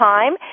Time